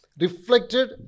reflected